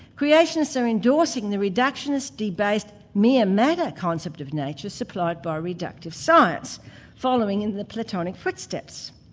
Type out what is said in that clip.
creationists are endorsing the reductionist debased mere matter concept of nature supplied by reductive science following in the platonic footsteps.